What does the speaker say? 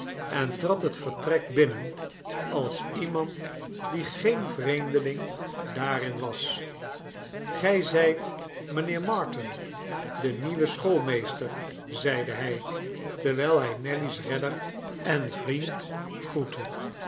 en trad het vertrek binnen als iemand die geen vreemdeling daarin was gij zijt mijnheer marton de nieuwe schoolmeester zeide hij terwijl hij nelly's redder en vriend groette